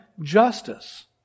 justice